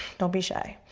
don't be shy.